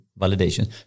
validation